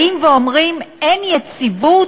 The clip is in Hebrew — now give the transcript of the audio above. באים ואומרים: אין יציבות.